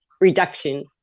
reduction